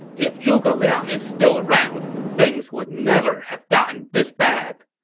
if zhuge liang is still around, things would never have gotten this bad!